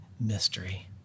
mystery